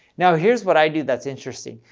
now, here's what i do that's interesting.